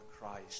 Christ